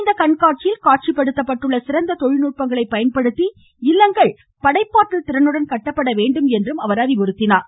இக்கண்காட்சியில் காட்சிப்படுத்தப்பட்டுள்ள சிறந்த தொழில்நுட்பங்களை பயன்படுத்தி இல்லங்கள் படைப்பாற்றல் திறனுடன் கட்டப்பட வேண்டும் என்றும் அவர் அறிவுறுத்தினார்